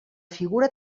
figura